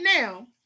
now